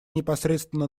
непосредственно